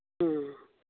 ꯎꯝ